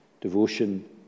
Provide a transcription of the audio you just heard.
Devotion